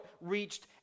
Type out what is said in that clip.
reached